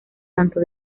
tanto